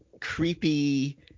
creepy